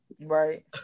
Right